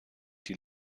die